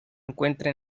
encuentra